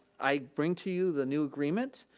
i bring to you the new agreement